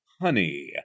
honey